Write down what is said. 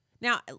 Now